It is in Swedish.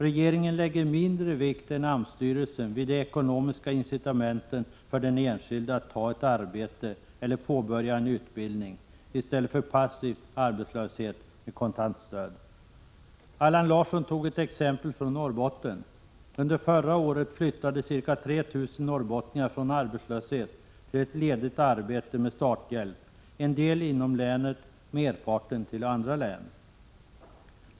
Regeringen lägger mindre vikt än AMS styrelsen vid de ekonomiska incitamenten för den enskilde att ta ett arbete eller påbörja en utbildning i stället för passiv arbetslöshet med kontantstöd. Allan Larsson tog ett exempel från Norrbotten. Under förra året flyttade ca 3 000 norrbottningar från arbetslöshet till ett ledigt arbete med starthjälp, en del inom länet, merparten till andra län.